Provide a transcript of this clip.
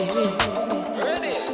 Ready